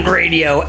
radio